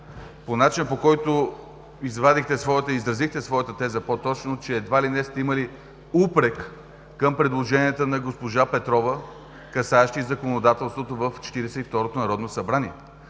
по начина, по който изразихте своята теза, че едва ли не сте имали упрек към предложенията на госпожа Петрова, касаещи законодателството в Четиридесет